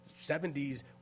70s